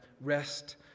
Rest